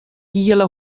hiele